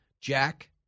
Jack